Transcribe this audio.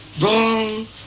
Wrong